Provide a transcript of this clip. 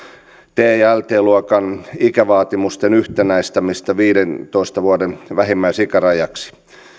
t ja lt luokan ikävaatimusten yhtenäistämistä viidentoista vuoden vähimmäisikärajaksi